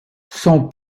son